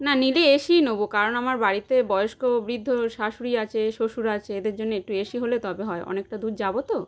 না নিলে এসিই নেবো কারণ আমার বাড়িতে বয়স্ক বৃদ্ধ শাশুড়ি আছে শ্বশুর আছে এদের জন্যে একটু এসি হলে তবে হয় অনেকটা দূর যাবো তো